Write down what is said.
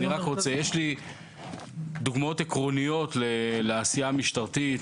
יש לי דוגמאות עקרוניות לעשייה המשטרתית.